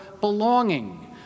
belonging